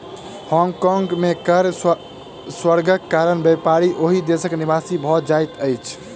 Hong Kong में कर स्वर्गक कारण व्यापारी ओहि देशक निवासी भ जाइत अछिं